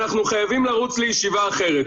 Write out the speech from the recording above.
אנחנו חייבים לרוץ לישיבה אחרת.